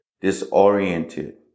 disoriented